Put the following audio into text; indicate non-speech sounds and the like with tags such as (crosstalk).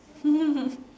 (laughs)